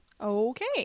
Okay